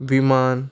विमान